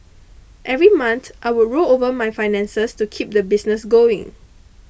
every month I would roll over my finances to keep the business going